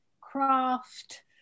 craft